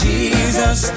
Jesus